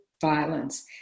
violence